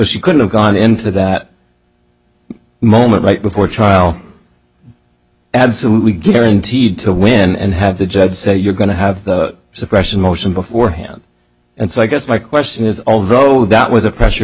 she could have gone into that moment right before trial absolutely guaranteed to win and have the judge say you're going to have the suppression motion beforehand and so i guess my question is all vote without was a pressure